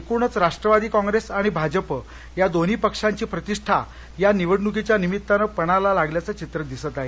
एकूणच राष्ट्रवादी काँग्रेस आणि भाजप या दोन्ही पक्षांची प्रतिष्ठा या निवडणुकीच्या निमित्तानं पणाला लागल्याचं चित्र दिसत आहे